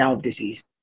disease